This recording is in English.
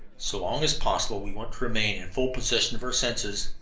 so long as possible we want to remain in full possession of our senses.